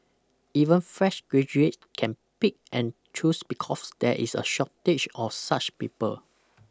even fresh graduates can pick and choose because there is a shortage of such people